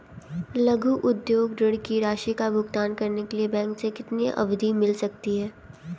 लघु उद्योग ऋण की राशि का भुगतान करने के लिए बैंक से कितनी अवधि मिल सकती है?